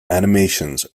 animations